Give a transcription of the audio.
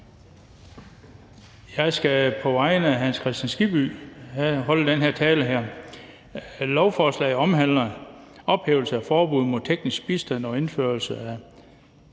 Jeg skal på vegne af hr. Hans Kristian Skibby holde den her tale. Lovforslaget omhandler ophævelse af forbuddet mod teknisk bistand og indførelse af